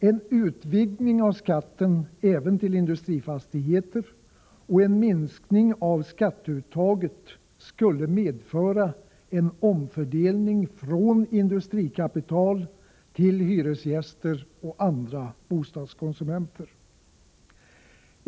En utvidgning av skatten även till industrifastigheter och en minskning av skatteuttaget skulle medföra en omfördelning från industrikapital till hyresgäster och andra bostadskonsumenter.